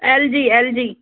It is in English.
LG LG